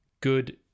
good